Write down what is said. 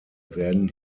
werden